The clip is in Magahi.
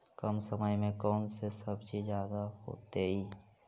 कम समय में कौन से सब्जी ज्यादा होतेई?